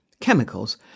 chemicals